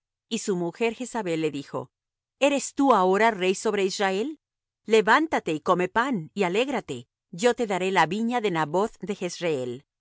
y su mujer jezabel le dijo eres tú ahora rey sobre israel levántate y come pan y alégrate yo te daré la viña de naboth de